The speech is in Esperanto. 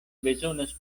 bezonas